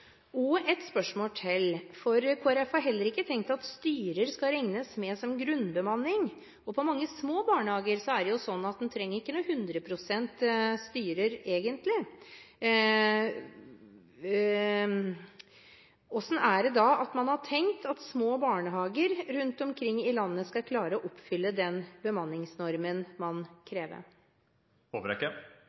Et spørsmål til – for Kristelig Folkeparti har heller ikke tenkt at styrer skal regnes med i grunnbemanningen, og i mange små barnehager er det sånn at man trenger ikke styrer i 100 pst. stilling: Hvordan har man tenkt at små barnehager rundt omkring i landet skal klare å oppfylle den bemanningsnormen man